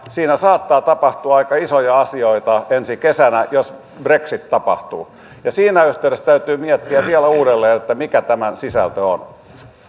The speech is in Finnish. siinä saattaa tapahtua aika isoja asioita ensi kesänä jos brexit tapahtuu siinä yhteydessä täytyy miettiä vielä uudelleen mikä tämän sisältö on